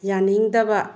ꯌꯥꯅꯤꯡꯗꯕ